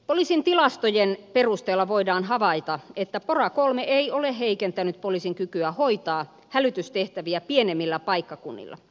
poliisin tilastojen perusteella voidaan havaita että pora iii ei ole heikentänyt poliisin kykyä hoitaa hälytystehtäviä pienemmillä paikkakunnilla